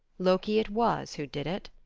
loki it was who did it,